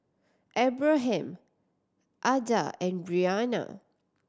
Abraham Ada and Brianna